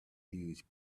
huge